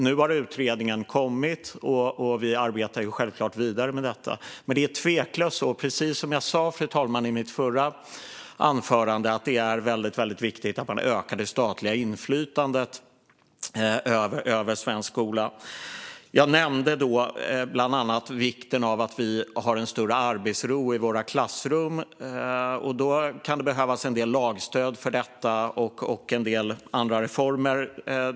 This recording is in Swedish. Nu har utredningen kommit, och vi arbetar självklart vidare med detta. Precis som jag sa i mitt förra inlägg, fru talman, är det tveklöst så att det är väldigt viktigt att man ökar det statliga inflytandet över svensk skola. Jag nämnde bland annat vikten av större arbetsro i våra klassrum. För detta kan behövas en del lagstöd och en del andra reformer.